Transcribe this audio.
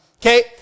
Okay